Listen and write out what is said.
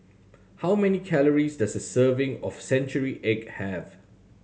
how many calories does a serving of century egg have